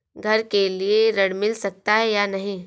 घर के लिए ऋण मिल सकता है या नहीं?